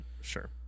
sure